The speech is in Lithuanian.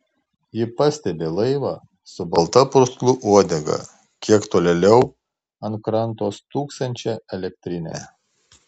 ji pastebi laivą su balta purslų uodega kiek tolėliau ant kranto stūksančią elektrinę